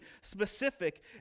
specific